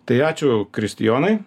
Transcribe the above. tai ačiū kristijonai